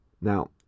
Now